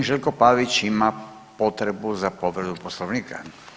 G. Željko Pavić ima potrebu za povredom Poslovnika.